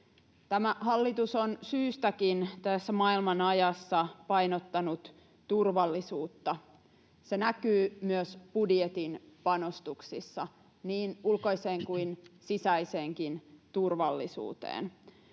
Tämä hallitus on syystäkin tässä maailmanajassa painottanut turvallisuutta. Se näkyy myös budjetin panostuksissa niin ulkoiseen kuin sisäiseenkin turvallisuuteen.